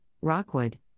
Rockwood